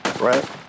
Right